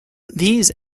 these